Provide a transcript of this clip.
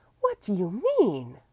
what do you mean?